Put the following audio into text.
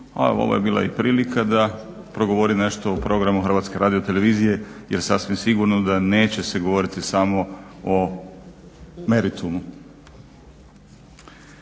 ovo je bila i prilika da progovori nešto o programu Hrvatske radiotelevizije, jer sasvim sigurno da neće se govoriti samo o meritumu.